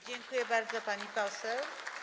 Dziękuję bardzo, pani poseł.